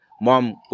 Mom